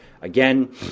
again